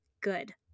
good